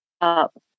up